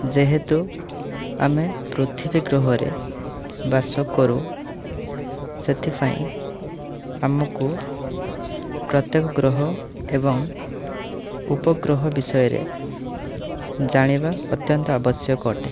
ଯେହେତୁ ଆମେ ପୃଥିବୀ ଗ୍ରହରେ ବାସ କରୁ ସେଥିପାଇଁ ଆମକୁ ପ୍ରତ୍ୟକ ଗ୍ରହ ଏବଂ ଉପଗ୍ରହ ବିଷୟରେ ଜାଣିବା ଅତ୍ୟନ୍ତ ଆବଶ୍ୟକ ଅଟେ